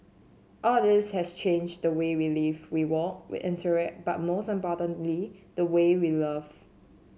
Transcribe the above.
all this has changed the way we live we work we interact but most importantly the way we love